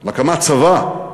על הקמת צבא.